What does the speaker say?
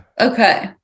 Okay